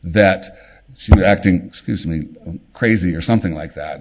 that she was acting excuse me crazy or something like that